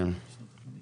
בוקר טוב לכולם.